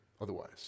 otherwise